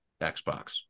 Xbox